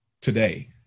today